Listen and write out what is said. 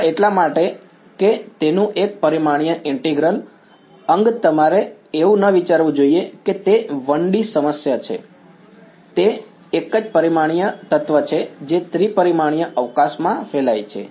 માત્ર એટલા માટે કે તેનું એક પરિમાણીય ઈન્ટીગ્રલ અંગ તમારે એવું ન વિચારવું જોઈએ કે તે 1D સમસ્યા છે તે એક પરિમાણીય તત્વ છે જે ત્રિ પરિમાણીય અવકાશમાં ફેલાય છે